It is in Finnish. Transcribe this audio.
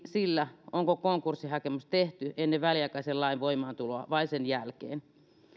sillä onko konkurssihakemus tehty ennen väliaikaisen lain voimaantuloa vai sen jälkeen